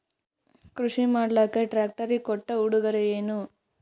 ಕೃಷಿ ಮಾಡಲಾಕ ಟ್ರಾಕ್ಟರಿ ಕೊಟ್ಟ ಉಡುಗೊರೆಯೇನ?